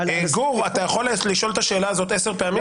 אתה יכול לשאול את השאלה הזאת עשר פעמים,